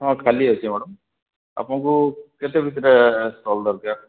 ହଁ ଖାଲି ଅଛି ମ୍ୟାଡ଼ମ୍ ଆପଣଙ୍କୁ କେତେ ଭିତରେ ଷ୍ଟଲ୍ ଦରକାର